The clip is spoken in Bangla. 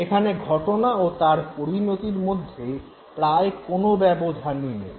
এখানে ঘটনা ও তার পরিণতির মধ্যে প্রায় কোনো ব্যবধানই নেই